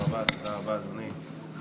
תודה רבה, אדוני.